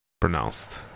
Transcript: pronounced